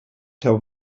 tell